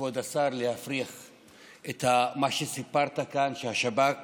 כבוד השר, להפריך את מה שסיפרת כאן, שהשב"כ